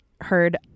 heard